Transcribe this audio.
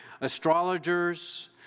Astrologers